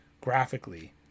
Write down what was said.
graphically